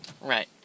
Right